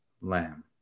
lamb